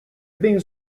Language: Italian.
ben